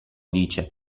dice